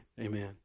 Amen